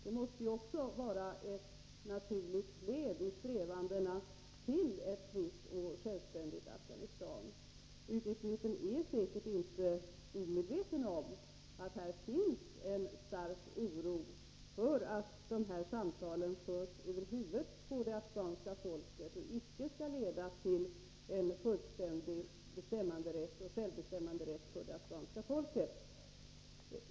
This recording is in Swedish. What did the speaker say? Det måste vara ett naturligt led i strävandena att åstadkomma ett fritt och självständigt Afghanistan. Utrikesministern är säkert inte omedveten om att här finns en stark oro för att dessa samtal förs över huvudet på det afghanska folket och inte leder till fullständig självbestämmanderätt för det afghanska folket.